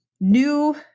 new